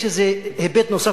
יש איזה היבט נוסף,